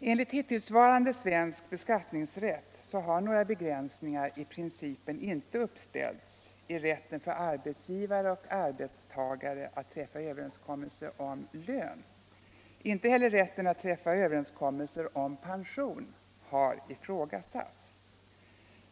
Enligt hittillsvarande svensk beskattningsrätt har några begränsningar i princip inte uppställts i rätten för arbetsgivare och arbetstagare att träffa överenskommelse om lön. Inte heller rätten att träffa överenskommelser om pension har ifrågasatts.